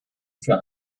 für